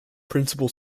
principal